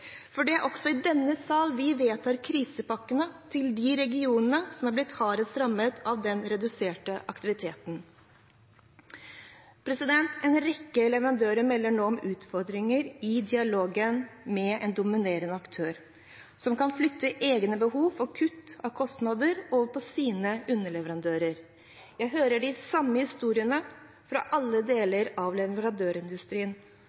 for det er også i denne sal vi vedtar krisepakkene til de regionene som er blitt hardest rammet av den reduserte aktiviteten. En rekke leverandører melder nå om utfordringer i dialogen med en dominerende aktør, som kan flytte egne behov for å kutte kostnader over på sine underleverandører. Jeg hører de samme historiene fra alle